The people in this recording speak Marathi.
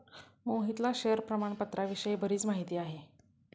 मोहितला शेअर प्रामाणपत्राविषयी बरीच माहिती आहे